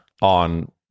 on